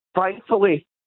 Thankfully